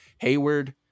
Hayward